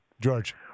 George